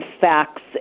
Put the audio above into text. facts